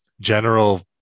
General